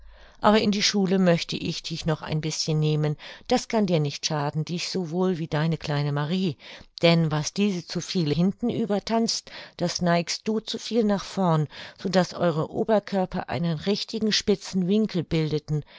aber in die schule möchte ich dich noch ein bischen nehmen das kann dir nicht schaden dich sowohl wie deine kleine marie denn was diese zu viel hinten über tanzt das neigst du zu viel nach vorn so daß eure oberkörper einen richtigen spitzen winkel bildeten